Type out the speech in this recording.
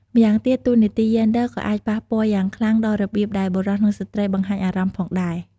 ម្យ៉ាងទៀត តួនាទីយេនឌ័រក៏អាចប៉ះពាល់យ៉ាងខ្លាំងដល់របៀបដែលបុរស និងស្ត្រីបង្ហាញអារម្មណ៍ផងដែរ។